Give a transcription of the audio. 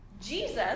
Jesus